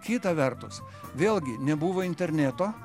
kita vertus vėlgi nebuvo interneto